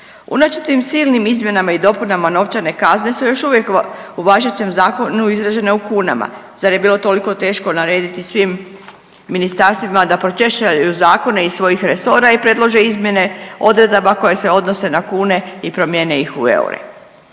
Unatoč tim silnim izmjenama i dopunama novčane kazne su još uvijek u važećem zakonu izražene u kunama, zar je bilo toliko teško narediti svim ministarstvima da pročešljaju zakone iz svojih resora i predlože izmjene odredaba koje se odnose na kune i promijene ih u eure?